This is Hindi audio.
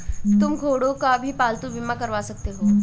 तुम घोड़ों का भी पालतू बीमा करवा सकते हो